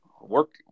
work